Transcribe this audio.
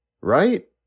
right